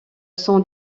sans